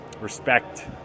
respect